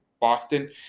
Boston